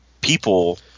people